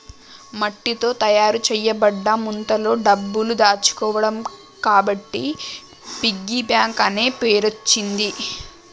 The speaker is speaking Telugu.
మట్టితో తయారు చేయబడ్డ ముంతలో డబ్బులు దాచుకోవడం కాబట్టి పిగ్గీ బ్యాంక్ అనే పేరచ్చింది